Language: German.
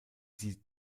sieht